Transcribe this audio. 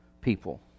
people